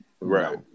right